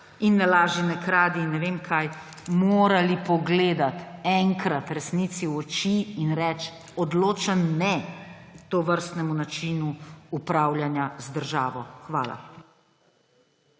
in ne laži, ne kradi in ne vem, kaj – morali pogledati enkrat resnici v oči in reči odločen ne tovrstnemu načinu upravljanja z državo. Hvala.